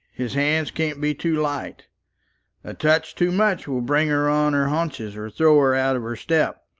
his hands can't be too light. a touch too much will bring her on her haunches, or throw her out of her step.